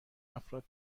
افراد